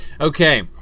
okay